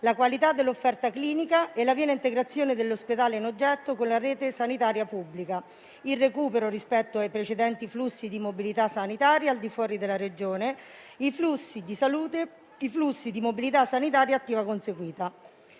alla qualità dell'offerta clinica e alla piena integrazione dell'ospedale in oggetto con la rete sanitaria pubblica, al recupero rispetto ai precedenti flussi di mobilità sanitaria al di fuori della Regione, ai flussi di salute, ai flussi di mobilità sanitaria attiva conseguita.